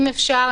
אם אפשר,